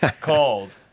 called